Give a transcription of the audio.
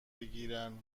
بگیرن